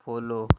follow